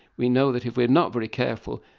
we know that if we are not very careful,